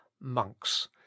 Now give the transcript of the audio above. monks